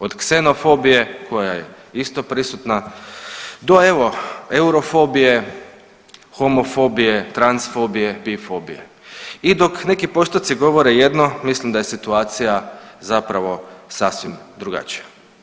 Od ksenofobije koja je isto prisutna do evo, eurofogije, homofobije, transfobije, bifobije i dok neki postotci govore jedno, mislim da je situacija zapravo sasvim drugačija.